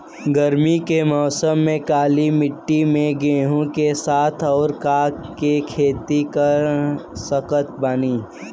गरमी के मौसम में काली माटी में गेहूँ के साथ और का के खेती कर सकत बानी?